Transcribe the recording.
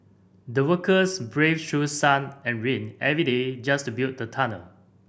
the workers braved through sun and rain every day just to build the tunnel